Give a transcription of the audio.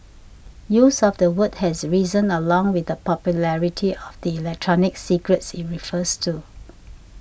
use of the word has risen along with the popularity of the electronic cigarettes it refers to